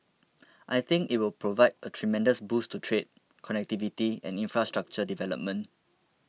I think it will provide a tremendous boost to trade connectivity and infrastructure development